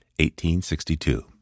1862